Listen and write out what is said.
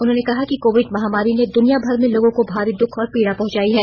उन्होंने कहा कि कोविड महामारी ने दुनियाभर में लोगों को भारी दुख और पीड़ा पहुंचाई है